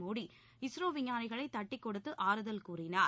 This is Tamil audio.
மோடி இஸ்ரோ விஞ்ஞானிகளை தட்டிக் கொடுத்து ஆறுதல் கூறினார்